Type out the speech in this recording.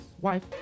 wife